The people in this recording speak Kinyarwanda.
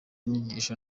inyigisho